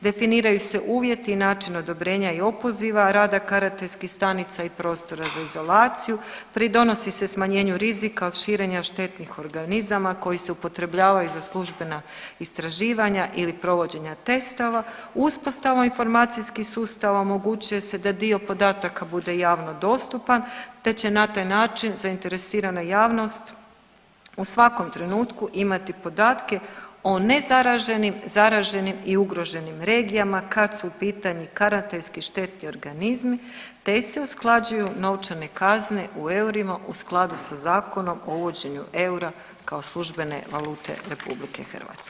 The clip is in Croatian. Definiraju se uvjeti i način odobrenja i opoziva rada karantenskih stanica i prostora za izolaciju, pridonosi se smanjenju rizika od širenja štetnih organizama koji se upotrebljavaju za službena istraživanja ili provođenja testova uspostavom i informacijskih sustava omogućuje se da dio podataka bude javno dostupan, te će na taj način zainteresirana javnost u svakom trenutku imati podatke o nezaraženim, zaraženim i ugroženim regijama kad su u pitanju karantenski štetni organizmi, te se usklađuju novčane kazne u eurima u skladu sa zakonom o uvođenju eura kao službene valute Republike Hrvatske.